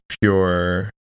pure